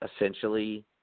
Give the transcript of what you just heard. essentially